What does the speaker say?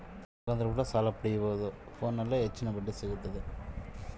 ಫೋನಿನಿಂದ ಸಾಲ ಪಡೇಬೋದ?